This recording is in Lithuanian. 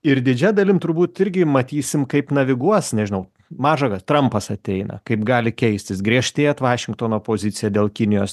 ir didžia dalimi turbūt irgi matysim kaip naviguos nežinau maža kad trampas ateina kaip gali keistis griežtėjant vašingtono pozicija dėl kinijos